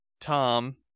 Tom